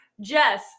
Jess